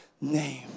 name